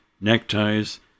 neckties